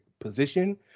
position